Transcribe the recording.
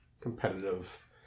competitive